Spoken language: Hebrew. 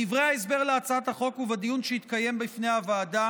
בדברי ההסבר להצעת החוק ובדיון שהתקיים בפני הוועדה